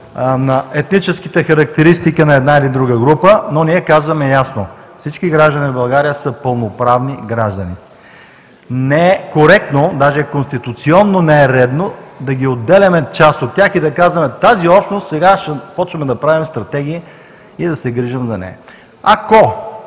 на етническите характеристики на една или друга група, но казваме ясно: всички граждани на България са пълноправни граждани. Не е коректно, даже конституционно не е редно, да отделяме част от тях и да казваме: сега ще започнем да правим стратегии и да се грижим за тази